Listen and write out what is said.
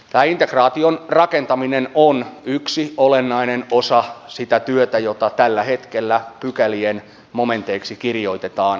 tämä integraation rakentaminen on yksi olennainen osa sitä työtä jota tällä hetkellä pykälien momenteiksi kirjoitetaan